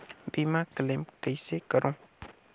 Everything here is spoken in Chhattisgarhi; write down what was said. बीमा क्लेम कइसे करों?